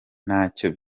ntacyo